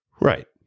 Right